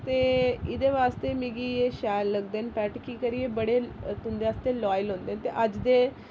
ते एह्दे बास्तै मिगी एह् शैल लगदे न पैट कि करी बड़े तुं'दे आस्तै लायल होंदे न अज्ज दे